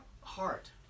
heart